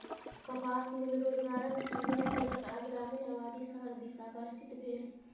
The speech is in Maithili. कपास मिल रोजगारक सृजन केलक आ ग्रामीण आबादी शहर दिस आकर्षित भेल